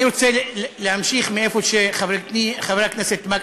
אני רוצה להמשיך מאיפה שחבר הכנסת מקלב,